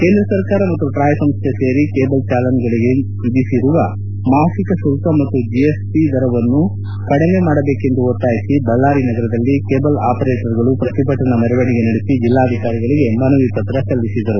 ಕೇಂದ್ರ ಸರ್ಕಾರ ಮತ್ತು ಟ್ರಾಯ್ ಸಂಸ್ಥೆ ಸೇರಿ ಕೇಬಲ್ ಚಾಲನೆಗಳಿಗೆ ವಿಧಿಸಿರುವ ಮಾಸಿಕ ಶುಲ್ಲ ಮತ್ತು ಜಿಎಸ್ಟಿ ದರವನ್ನು ಕಡಿಮೆ ಮಾಡಬೇಕೆಂದು ಆಗ್ರಹಿಸಿ ಬಳ್ಳಾರಿ ನಗರದಲ್ಲಿ ಕೇಬಲ್ ಆಪರೇಟರ್ಗಳು ಪ್ರತಿಭಟನಾ ಮೆರವಣಿಗೆ ನಡೆಸಿ ಜೆಲ್ಲಾಧಿಕಾರಿಗಳಿಗೆ ಮನವಿ ಪತ್ರವನ್ನು ಸಲ್ಲಿಸಿದರು